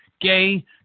gay